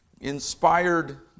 inspired